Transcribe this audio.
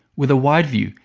with a wide view,